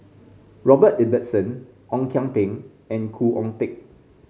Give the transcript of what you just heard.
Robert Ibbetson Ong Kian Peng and Khoo Oon Teik